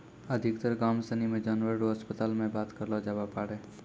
अधिकतर गाम सनी मे जानवर रो अस्पताल मे बात करलो जावै पारै